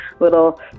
little